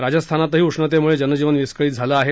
राजस्थानातही उष्णतेमुळे जनजीवन विस्कळीत झालं आहे